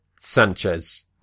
Sanchez